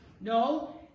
no